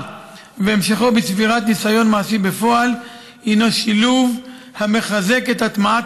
והמשכו בצבירת ניסיון מעשי בפועל הינו שילוב המחזק את הטמעת